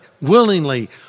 willingly